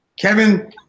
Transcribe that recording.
Kevin